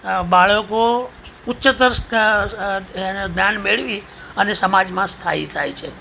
બાળકો ઉચ્ચતર જ્ઞાન મેળવી અને સમાજમાં સ્થાયી થાય છે